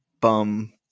bum